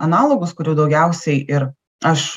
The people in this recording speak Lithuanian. analogus kurių daugiausiai ir aš